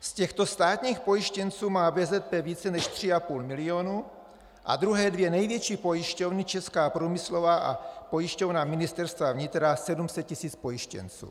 Z těchto státních pojištěnců má VZP více než 3,5 milionu a druhé dvě největší pojišťovny, Česká průmyslová a Pojišťovna Ministerstva vnitra, 700 tisíc pojištěnců.